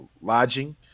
lodging